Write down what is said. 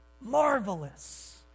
Marvelous